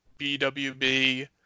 BWB